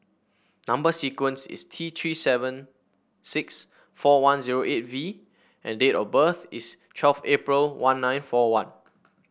number sequence is T Three seven six four one zero eight V and date of birth is twelve April one nine four one